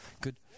Good